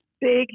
big